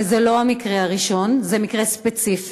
וזה לא המקרה הראשון זה מקרה ספציפי,